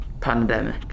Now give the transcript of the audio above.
pandemic